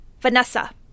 Vanessa